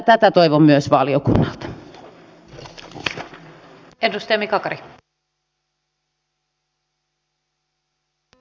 tätä toivon myös valiokunnalta